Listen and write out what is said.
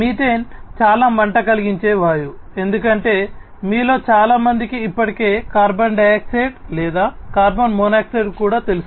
methane చాలా మంట కలిగించే వాయువు ఎందుకంటే మీలో చాలా మందికి ఇప్పటికే కార్బన్ డయాక్సైడ్ లేదా కార్బన్ మోనాక్సైడ్ కూడా తెలుసు